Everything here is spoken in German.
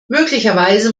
möglicherweise